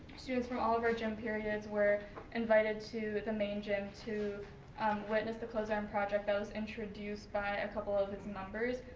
students from all of our gym periods were invited to the main gym to witness the clothesline project that was introduced by a couple of its members.